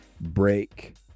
break